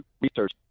research